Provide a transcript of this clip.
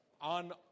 on